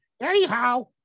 Anyhow